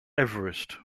everest